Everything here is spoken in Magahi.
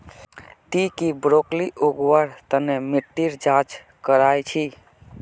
ती की ब्रोकली उगव्वार तन मिट्टीर जांच करया छि?